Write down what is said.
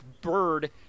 bird